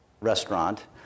restaurant